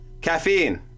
Caffeine